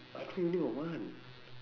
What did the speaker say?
I thought you only got one